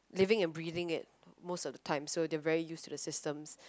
living and breathing it most of the time so they're very used to the system